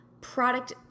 product